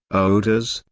odors,